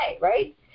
right